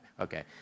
Okay